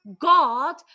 God